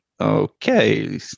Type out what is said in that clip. Okay